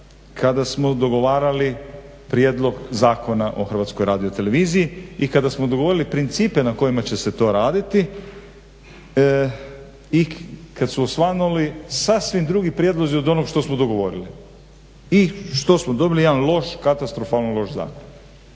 kada smo dogovarali prijedlog Zakona o HRT-u i kada smo dogovorili principe na kojima će se to raditi i kada su osvanuli sasvim drugi prijedlozi od onoga što smo dogovorili i što smo dobili jedan katastrofalno loš zakona.